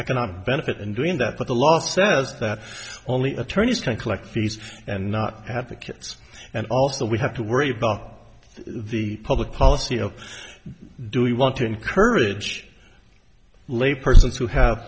economic benefit in doing that but the law says that only attorneys can collect fees and not have the kids and also we have to worry about the public policy of do we want to encourage lay persons who have